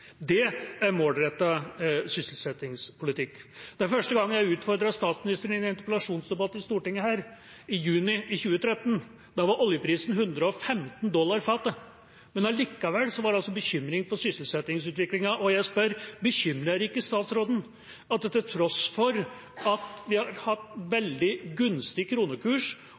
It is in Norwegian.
er målrettet sysselsettingspolitikk. Den første gangen jeg utfordret statsministeren i en interpellasjonsdebatt her i Stortinget, i juni 2014, var oljeprisen på 115 dollar fatet, men likevel var det altså bekymring for sysselsettingsutviklingen. Og jeg spør: Bekymrer det ikke statsråden at det, til tross for at vi har hatt veldig gunstig kronekurs